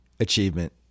achievement